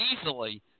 easily